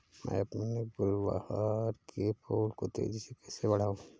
मैं अपने गुलवहार के फूल को तेजी से कैसे बढाऊं?